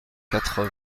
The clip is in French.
quatre